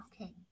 Okay